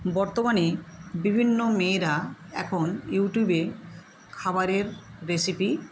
বর্তমানে বিভিন্ন মেয়েরা এখন ইউটিউবে খাবারের রেসিপি